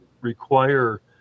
require